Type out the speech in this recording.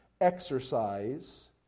exercise